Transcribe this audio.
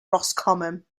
roscommon